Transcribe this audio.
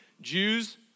Jews